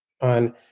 on